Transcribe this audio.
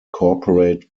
corporate